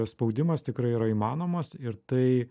spaudimas tikrai yra įmanomas ir tai